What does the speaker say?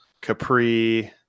Capri